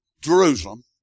Jerusalem